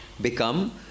become